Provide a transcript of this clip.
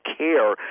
care